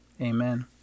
Amen